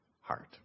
heart